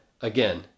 again